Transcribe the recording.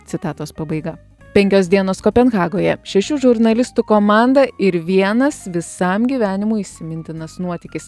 citatos pabaiga penkios dienos kopenhagoje šešių žurnalistų komanda ir vienas visam gyvenimui įsimintinas nuotykis